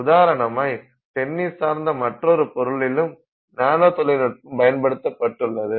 உதாரணமாய் tennis சார்ந்த மற்றொரு பொருளிலும் நானோ தொழில்நுட்பம் பயன்படுத்தப்பட்டுள்ளது